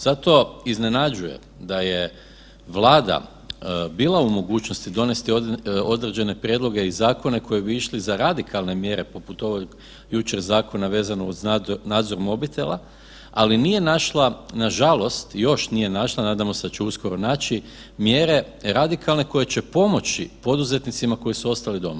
Zato iznenađuje da je Vlada bila u mogućnosti donesti određene prijedloge i zakone koji bi išli za radikalne mjere poput ovog jučer zakona vezano uz nadzor mobitela, ali nije našla nažalost još nije našla, nadamo se da će uskoro naći mjere radikalne koje će pomoći poduzetnicima koji su ostali doma.